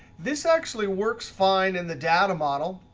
this actually works fine in the data model.